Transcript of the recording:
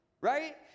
right